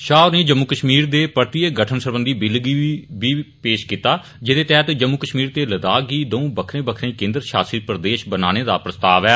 शाह होरें जम्मू कश्मीर दे परतियै गठन सरबंधी बिल गी बी पेश कीता जेह्दे तैह्त जम्मू कश्मीर ते लद्दाख गी दौं बक्खरे बक्खरे केन्द्र शासित प्रदेश बनाने दा प्रस्ताव ऐ